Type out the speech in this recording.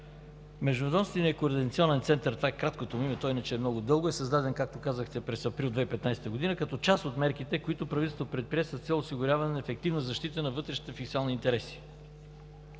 Междуведомственият координационен център – това е краткото му име, то иначе е много дълго – е създаден, както казахте, през април 2015 г. като част от мерките, които правителството предприе с цел осигуряване на ефективна защита на вътрешните фискални интереси